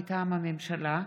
מטעם הממשלה,